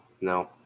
No